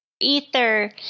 Ether